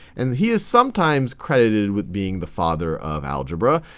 and he is sometimes credited with being the father of algebra,